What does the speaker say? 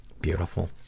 beautiful